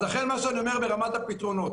אז מה אני אומר מבחינת הפתרונות?